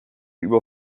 über